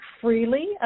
freely